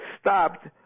stopped